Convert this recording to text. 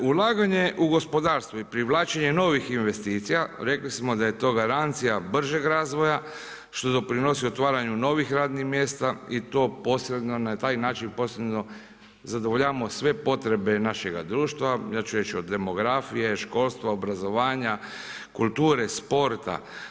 Ulaganje u gospodarstvo i privlačenje novih investicija rekli smo da je to garancija bržeg razvoja što doprinosi otvaranju novih radnih mjesta i to na taj način posredno zadovoljavamo sve potrebe našega društva, ja ću reći od demografije, školstva, obrazovanja, kulture, sporta.